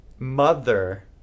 mother